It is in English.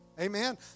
Amen